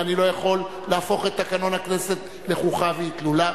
ואני לא יכול להפוך את תקנון הכנסת לחוכא ואטלולא.